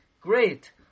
great